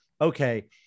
okay